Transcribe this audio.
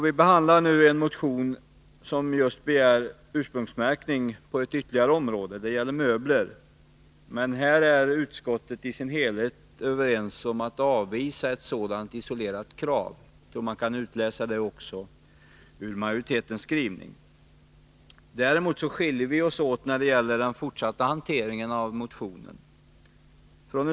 Vi behandlar nu en motion som begär ursprungsmärkning på ytterligare ett område. Det gäller möbler. Utskottet är överens om att avvisa ett sådant isolerat krav. Jag tror att man kan utläsa även detta ur majoritetens skrivning. Däremot skiljer vi oss åt när det gäller den fortsatta hanteringen av motionen.